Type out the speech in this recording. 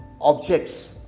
objects